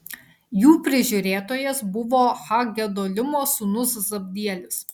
jų prižiūrėtojas buvo ha gedolimo sūnus zabdielis